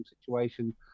situation